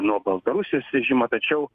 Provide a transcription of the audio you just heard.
nuo baltarusijos režimo tačiau